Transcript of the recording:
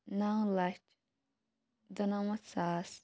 نَو لَچھ دُنَمَتھ ساس